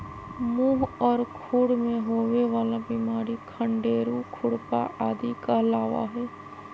मुह और खुर में होवे वाला बिमारी खंडेरू, खुरपा आदि कहलावा हई